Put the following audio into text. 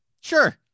sure